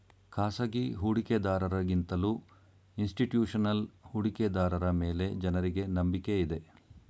ಖಾಸಗಿ ಹೂಡಿಕೆದಾರರ ಗಿಂತಲೂ ಇನ್ಸ್ತಿಟ್ಯೂಷನಲ್ ಹೂಡಿಕೆದಾರರ ಮೇಲೆ ಜನರಿಗೆ ನಂಬಿಕೆ ಇದೆ